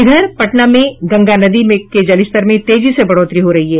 इधर पटना में गंगा नदी के जलस्तर में तेजी से बढ़ोतरी हो रही है